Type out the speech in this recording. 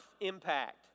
impact